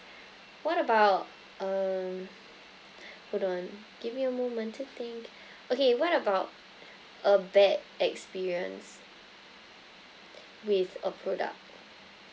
what about um hold on give me a moment to think okay what about a bad experience with a product